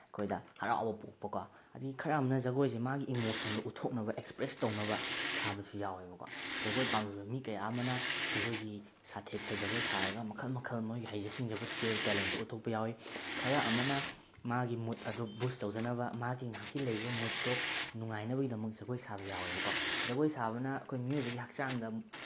ꯑꯩꯈꯣꯏꯗ ꯍꯔꯥꯎꯕ ꯄꯣꯛꯄꯀꯣ ꯑꯗꯒꯤ ꯈꯔ ꯑꯃꯅ ꯖꯒꯣꯏꯁꯦ ꯃꯥꯒꯤ ꯏꯃꯣꯁꯟꯗꯣ ꯎꯠꯊꯣꯛꯅꯕ ꯑꯦꯛꯁꯄ꯭ꯔꯦꯁ ꯇꯧꯅꯕ ꯁꯥꯕꯁꯨ ꯌꯥꯎꯋꯦꯕꯀꯣ ꯖꯒꯣꯏ ꯄꯥꯝꯖꯕ ꯃꯤ ꯀꯌꯥ ꯑꯃꯅ ꯖꯒꯣꯏꯒꯤ ꯁꯥꯊꯦꯛꯇ ꯖꯒꯣꯏ ꯁꯥꯔꯒ ꯃꯈꯜ ꯃꯈꯜ ꯃꯣꯏꯒꯤ ꯍꯩꯖꯕ ꯏꯁꯀꯤꯜ ꯇꯦꯂꯦꯟꯇꯣ ꯎꯠꯊꯣꯛꯄ ꯌꯥꯎꯋꯤ ꯈꯔ ꯑꯃꯅ ꯃꯥꯒꯤ ꯃꯨꯠ ꯑꯗꯨ ꯕꯨꯁ ꯇꯧꯖꯅꯕ ꯃꯥꯒꯤ ꯉꯍꯥꯛꯀꯤ ꯂꯩꯔꯤꯕ ꯃꯨꯠꯇꯨ ꯅꯨꯡꯉꯥꯏꯅꯕꯒꯤꯗꯃꯛ ꯖꯒꯣꯏ ꯁꯥꯕ ꯌꯥꯎꯋꯦꯕꯀꯣ ꯖꯒꯣꯏ ꯁꯥꯕꯅ ꯑꯩꯈꯣꯏ ꯃꯤꯑꯣꯏꯕꯒꯤ ꯍꯛꯆꯥꯡꯗ